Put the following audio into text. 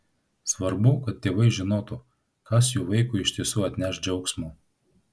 svarbu kad tėvai žinotų kas jų vaikui iš tiesų atneš džiaugsmo